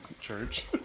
church